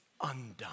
undone